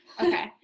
okay